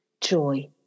joy